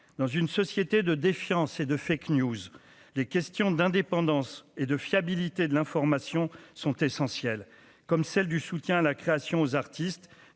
dans une société de défiance et de fait que News, les questions d'indépendance et de fiabilité de l'information sont essentiels, comme celle du soutien à la création aux artistes